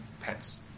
pets